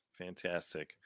Fantastic